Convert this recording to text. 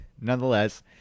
Nonetheless